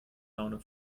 laune